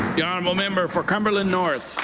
the honourable member for cumberland north.